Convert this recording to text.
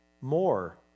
more